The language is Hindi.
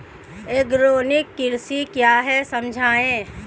आर्गेनिक कृषि क्या है समझाइए?